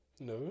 No